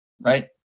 right